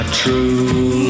true